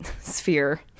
sphere